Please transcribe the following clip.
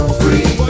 free